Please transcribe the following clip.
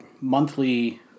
monthly